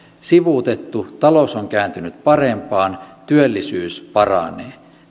sivuutettu talous on kääntynyt parempaan työllisyys paranee